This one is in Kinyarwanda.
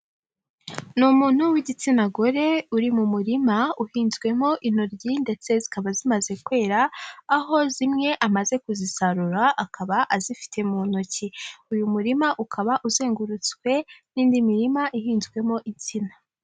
Ni umuntu w'igitsina gore uri mu murima uhinzwemo intoryi ndetse zikaba zimaze kwera, aho zimwe amaze kuzisarura akaba azifite mu ntoki, uyu murima ukaba uzengurutswe n'indi mirima ihinzwemo insina.